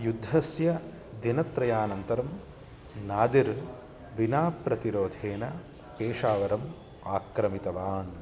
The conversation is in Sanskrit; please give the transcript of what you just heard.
युद्धस्य दिनत्रयानन्तरं नादिर् विना प्रतिरोधेन पेषावरम् आक्रमितवान्